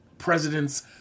president's